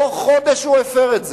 תוך חודש הוא הפר את זה.